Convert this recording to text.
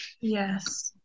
yes